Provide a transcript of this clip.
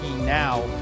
now